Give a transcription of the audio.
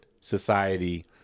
society